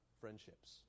friendships